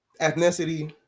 ethnicity